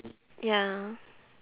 ya